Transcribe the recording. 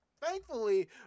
Thankfully